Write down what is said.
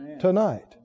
tonight